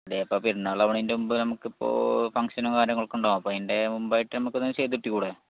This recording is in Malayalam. അതേ അപ്പം പെരുന്നാൾ ആകുന്നതിൻ്റെ മുൻപ് നമുക്ക് ഇപ്പോൾ ഫംഗ്ഷനും കാര്യങ്ങളും ഒക്കെ ഉണ്ടാകും അതിൻ്റെ മുൻപായിട്ട് നമുക്ക് ഒന്ന് ചെയ്ത് ഇട്ട് കൂടെ